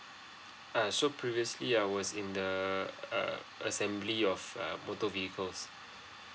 err so previously I was in the err assembly of err motor vehicles